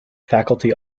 faculty